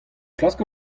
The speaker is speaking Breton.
klask